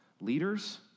leaders